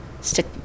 stick